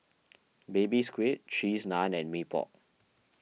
Baby Squid Cheese Naan and Mee Pok